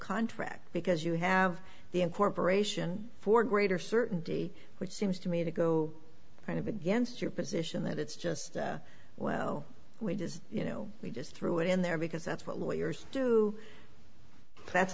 contract because you have the incorporation for greater certainty which seems to me to go kind of against your position that it's just well we just you know we just threw it in there because that's what lawyers do that's